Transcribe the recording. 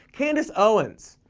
candace owens.